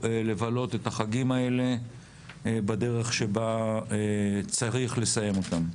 לבלות את החגים האלה בדרך שבה צריך לסיים אותם.